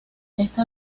esta